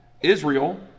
Israel